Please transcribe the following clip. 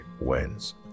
wins